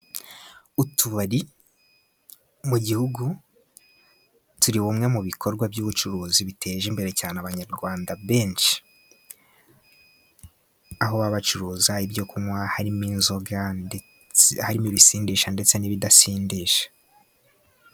Utubari mu gihugu turi bumwe mu bikorwa by'ubucuruzi biteje imbere cyane Abanyarwanda benshi, aho baba bacuruza ibyo kunywa harimo inzoga, harimo ibisindisha ndetse n'ibidasindisha.